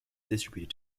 distributed